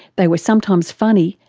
they were sometimes funny,